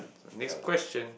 next question